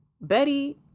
Betty